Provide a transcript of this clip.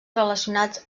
relacionats